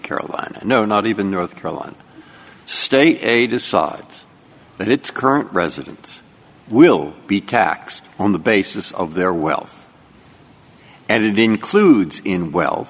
carolina no not even north carolina state a decides that its current residents will be taxed on the basis of their wealth and it includes in we